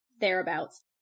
thereabouts